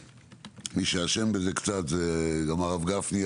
מי שאשם בזה קצת זה גם הרב גפני.